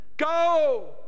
go